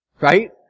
Right